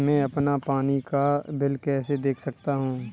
मैं अपना पानी का बिल कैसे देख सकता हूँ?